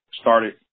started